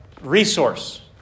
resource